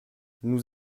nous